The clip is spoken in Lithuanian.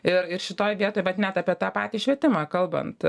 ir ir šitoj vietoj vat net apie tą patį švietimą kalbant